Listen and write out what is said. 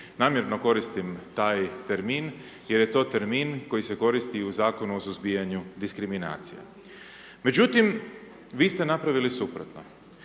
Namjerno koristim taj termin jer je to termin koji se koristi i u Zakonu o suzbijanju diskriminacija. Međutim, vi ste napravili suprotno.